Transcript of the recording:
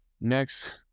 Next